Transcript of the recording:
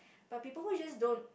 but people who just don't